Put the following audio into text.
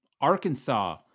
Arkansas